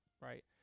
right